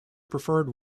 preferred